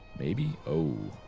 maybe? oooh.